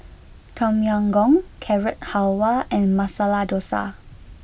Tom Yam Goong Carrot Halwa and Masala Dosa